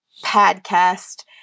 podcast